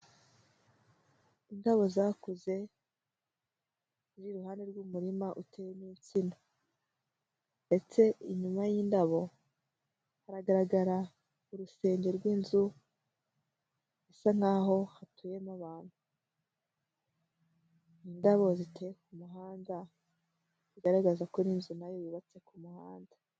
Indabo zakuze ziri iruhande rw'umurima uteyemo insina, ndetse inyuma y'indabo hagaragara urusenge rw'inzu isa naho hatuyemo abantu. Indabo ziteye ku muhanda zigaragaza ko inzu na yo yubatse ku muhanda.